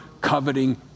coveting